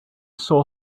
saw